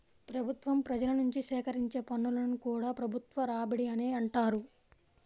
ప్రభుత్వం ప్రజల నుంచి సేకరించే పన్నులను కూడా ప్రభుత్వ రాబడి అనే అంటారు